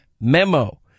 memo